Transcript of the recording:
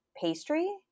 pastry